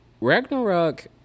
Ragnarok